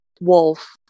wolf